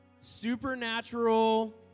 supernatural